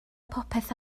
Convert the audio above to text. popeth